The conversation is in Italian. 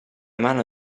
mano